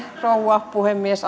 rouva puhemies